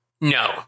No